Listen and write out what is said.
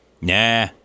Nah